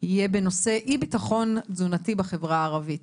יהיה בנושא "אי-ביטחון תזונתי בחברה הערבית".